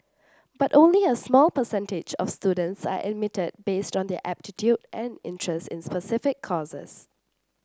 but only a small percentage of students are admitted based on their aptitude and interest in specific courses